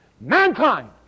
mankind